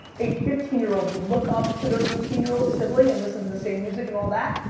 a fifteen year old would look up to their eighteen year old sibling and listen to the same music and all that.